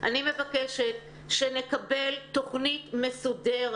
הישיבה משודרת